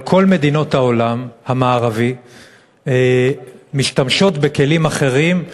אבל כל מדינות העולם המערבי משתמשות בכלים אחרים,